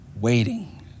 waiting